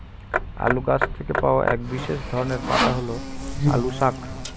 আলু গাছ থেকে পাওয়া এক বিশেষ ধরনের পাতা হল আলু শাক